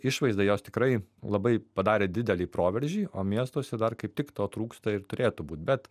išvaizda jos tikrai labai padarė didelį proveržį o miestuose dar kaip tik to trūksta ir turėtų būt bet